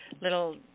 little